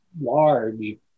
large